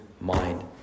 mind